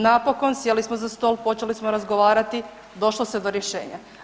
Napokon sjeli smo za stol, počeli smo razgovarati, došlo se do rješenja.